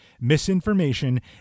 misinformation